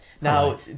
Now